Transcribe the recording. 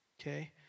Okay